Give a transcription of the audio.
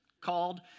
called